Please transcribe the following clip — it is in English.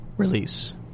release